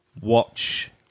watch